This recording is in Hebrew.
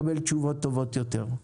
בתקווה לקבל תשובות טובות יותר.